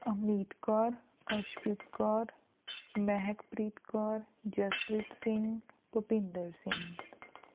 Avneet Kaur Arshpreet Kaur Mehakpreet Kaur Jaspreet Singh Bhupinder Singh